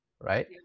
right